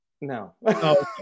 No